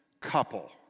couple